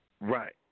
Right